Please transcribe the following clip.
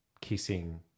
kissing